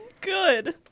good